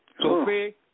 Sophie